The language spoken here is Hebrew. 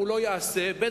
הוא לא יעשה, ב.